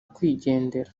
kwigendera